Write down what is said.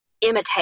imitate